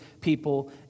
people